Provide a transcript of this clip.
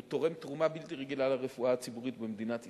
הוא תורם תרומה בלתי רגילה לרפואה הציבורית במדינת ישראל,